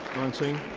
nineteen?